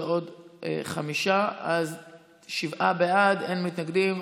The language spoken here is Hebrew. זה עוד חמישה, אז שבעה בעד, אין מתנגדים.